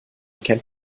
kennt